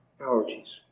allergies